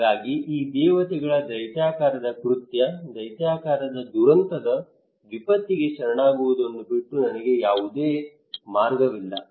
ಹಾಗಾಗಿ ಈ ದೇವತೆಗಳ ದೈತ್ಯಾಕಾರದ ಕೃತ್ಯ ದೈತ್ಯಾಕಾರದ ದುರಂತದ ವಿಪತ್ತಿಗೆ ಶರಣಾಗುವುದನ್ನು ಬಿಟ್ಟು ನನಗೆ ಯಾವುದೇ ಮಾರ್ಗವಿಲ್ಲ